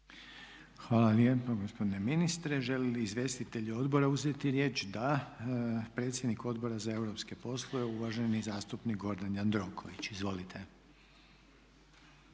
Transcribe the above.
Hvala lijepo gospodine ministre. Žele li izvjestitelji odbora uzeti riječ? Da. Predsjednik Odbora za europske poslove, uvaženi zastupnik Gordan Jandroković. Izvolite.